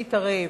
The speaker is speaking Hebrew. להתערב.